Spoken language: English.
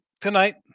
tonight